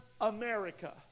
America